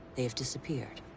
they have disappeared.